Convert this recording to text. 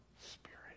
spirit